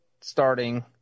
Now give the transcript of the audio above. starting